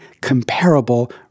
comparable